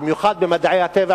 במיוחד במדעי הטבע,